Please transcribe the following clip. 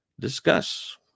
discuss